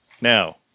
Now